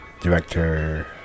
director